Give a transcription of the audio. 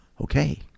Okay